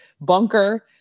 bunker